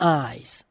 eyes